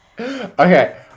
Okay